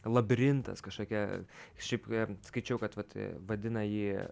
labirintas kažkokia šiaip skaičiau kad vat vadina jį